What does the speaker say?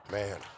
Man